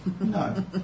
No